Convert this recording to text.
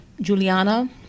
Juliana